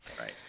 Right